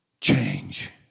Change